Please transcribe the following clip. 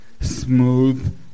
smooth